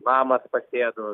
namas pasėdo